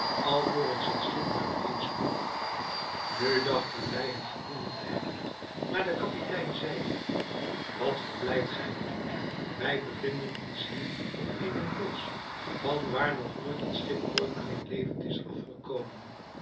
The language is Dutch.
alvorens het schip uiteensloeg nu dachten wij het gewonnen te hebben maar de kapitein zeide wat verblijdt gij u wij bevinden ons hier op eene rots van waar nog nooit een schipbreukeling levend is afgekomen